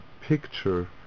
picture